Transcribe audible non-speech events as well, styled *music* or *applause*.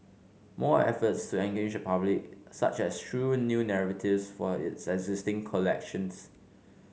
more efforts to engage the public such as through new *unintelligible* for its existing collections